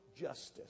justice